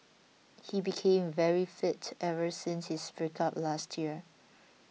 he became very fit ever since his breakup last year